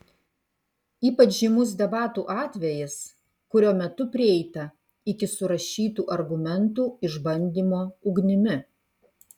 ypač žymus debatų atvejis kurio metu prieita iki surašytų argumentų išbandymo ugnimi